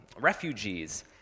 Refugees